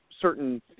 certain